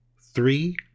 three